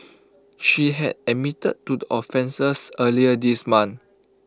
she had admitted to the offences earlier this month